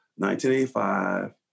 1985